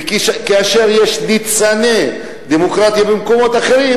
וכאשר יש ניצני דמוקרטיה במקומות אחרים,